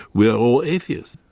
we're all atheists.